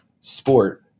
sport